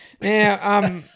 Now